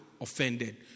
offended